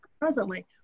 presently